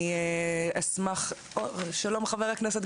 חבר הכנסת